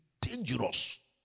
dangerous